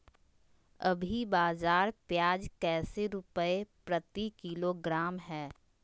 अभी बाजार प्याज कैसे रुपए प्रति किलोग्राम है?